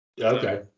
Okay